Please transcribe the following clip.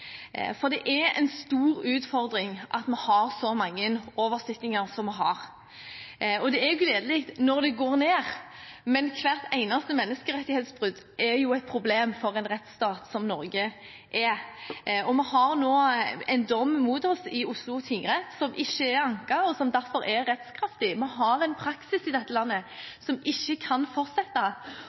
for det er en stor utfordring at vi har så mange oversittinger som vi har. Det er gledelig når det går ned, men hvert eneste menneskerettighetsbrudd er jo et problem for en rettsstat – som Norge er. Vi har nå en dom mot oss i Oslo tingrett som ikke er anket, og som derfor er rettskraftig. Vi har en praksis i dette landet som ikke kan fortsette,